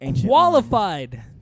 qualified